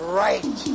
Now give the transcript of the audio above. right